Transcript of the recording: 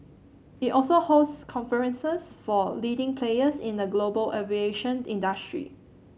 it also hosts conferences for leading players in the global aviation industry